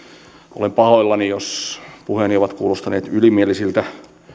olen pahoillani jos puheeni ovat kuulostaneet ylimielisiltä